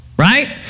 Right